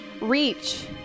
reach